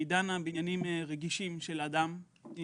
היא דנה בעניינים רגישים של אדם,